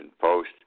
Post